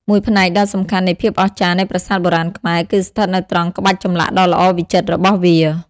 មួយផ្នែកដ៏សំខាន់នៃភាពអស្ចារ្យនៃប្រាសាទបុរាណខ្មែរ គឺស្ថិតនៅត្រង់ក្បាច់ចម្លាក់ដ៏ល្អវិចិត្ររបស់វា។